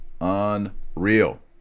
unreal